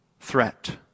threat